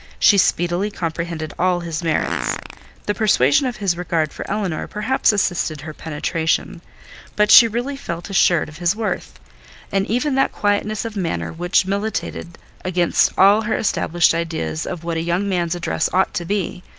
she speedily comprehended all his merits the persuasion of his regard for elinor perhaps assisted her penetration but she really felt assured of his worth and even that quietness of manner, which militated against all her established ideas of what a young man's address ought to be,